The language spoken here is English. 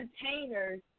containers